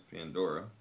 Pandora